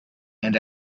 and